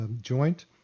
joint